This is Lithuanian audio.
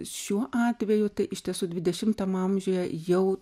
šiuo atveju tai iš tiesų dvidešimtam amžiuje jau